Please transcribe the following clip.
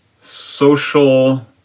social